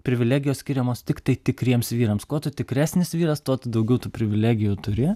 privilegijos skiriamos tiktai tikriems vyrams ko tu tikresnis vyras tuo daugiau tų privilegijų turi